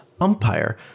Umpire